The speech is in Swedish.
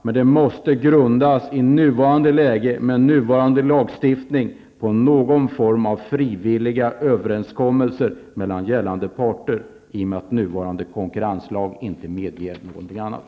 Men det måste, med nuvarande lagstiftning, grundas på någon form av frivillig överenskommelse mellan parterna i och med att nuvarande konkurrenslag inte medger något annat.